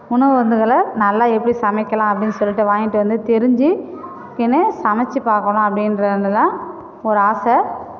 உணவுகளை நல்லா எப்படி சமைக்கலாம் அப்படின் சொல்லிவிட்டு வாங்கிட்டு வந்து தெரிஞ்சு இதுக்குனே சமைத்து பார்க்கணும் அப்படின்றதுல ஒரு ஆசை